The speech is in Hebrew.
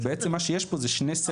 ובעצם מה שיש פה זה שני סטים נפרדים.